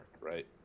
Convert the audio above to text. right